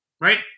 right